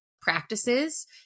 practices